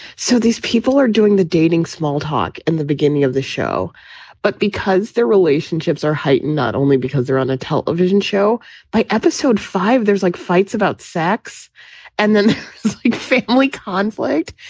so these people are doing the dating small talk in the beginning of the show but because their relationships are heightened, not only because they're on a television show by episode five, there's like fights about sex and then family conflict.